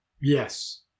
Yes